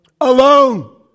alone